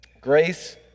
Grace